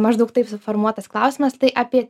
maždaug taip suformuotas klausimas tai apie